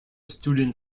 student